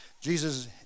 Jesus